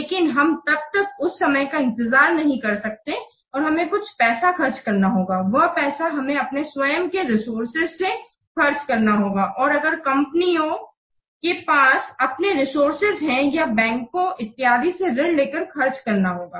लेकिन हम तब तक उस समय का इंतजार नहीं कर सकते और हमें कुछ पैसा खर्च करना होगा वह पैसा हमें अपने स्वयं के रिसोर्सेज से खर्च करना होगा या अगर कंपनियों के पास अपने रिसोर्सेज हैं या बैंकों इत्यादि से ऋण लेकर खर्च करना होगा